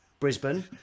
Brisbane